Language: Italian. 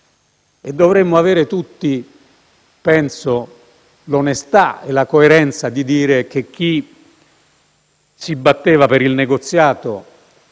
E dovremmo avere tutti - penso - l'onestà e la coerenza di dire che chi si batteva per il negoziato